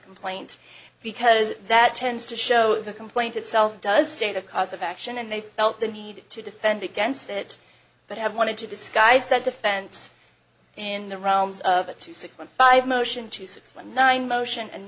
complaint because that tends to show the complaint itself does state a cause of action and they felt the need to defend against it but have wanted to disguise that defense in the realms of a two six one five motion to six point nine motion and